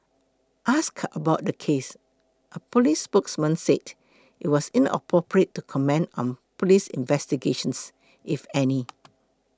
asked about the case a police spokesperson said it was inappropriate to comment on police investigations if any